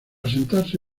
sentarse